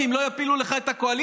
כדי שהם לא יפילו לך את הקואליציה?